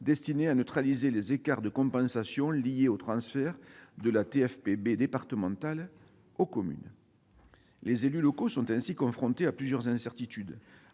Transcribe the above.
destiné à neutraliser les écarts de compensation liés au transfert de la TFPB départementale aux communes. Les élus locaux sont ainsi confrontés à plusieurs incertitudes.